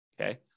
okay